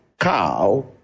cow